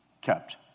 kept